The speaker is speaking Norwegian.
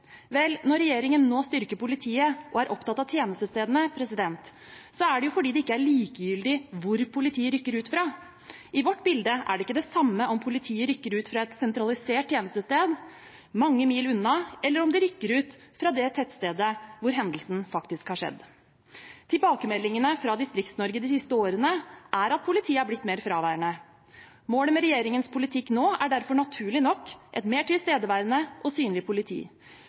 Vel, når regjeringen nå styrker politiet og er opptatt av tjenestestedene, er det jo fordi det ikke er likegyldig hvor politiet rykker ut fra. I vårt bilde er det ikke det samme om politiet rykker ut fra et sentralisert tjenestested mange mil unna, eller om de rykker ut fra det tettstedet hvor hendelsen faktisk har skjedd. Tilbakemeldingene fra Distrikts-Norge de siste årene er at politiet er blitt mer fraværende. Målet med regjeringens politikk nå er derfor naturlig nok et mer tilstedeværende og synlig politi,